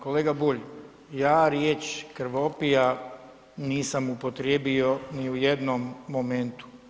Kolega Bulj ja riječ krvopija nisam upotrijebio ni u jednom momentu.